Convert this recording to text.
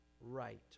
right